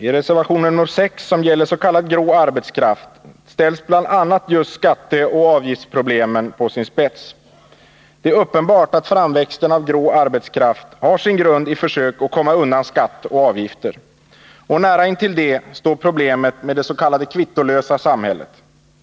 I reservationen nr 6, som gäller s.k. grå arbetskraft, ställs bl.a. just skatteoch avgiftsproblemen på sin spets. Det är uppenbart att framväxten av grå arbetskraft har sin grund i försök att komma undan skatt och avgifter, och nära intill det står problemet med det s.k. kvittolösa samhället.